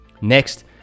Next